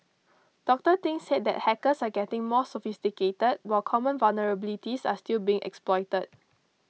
Doctor Thing said that hackers are getting more sophisticated while common vulnerabilities are still being exploited